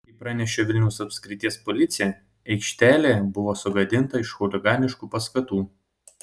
kaip pranešė vilniaus apskrities policija aikštelė buvo sugadinta iš chuliganiškų paskatų